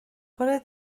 bore